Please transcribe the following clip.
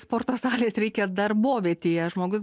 sporto salės reikia darbovietėje žmogus